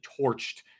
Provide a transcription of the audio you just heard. torched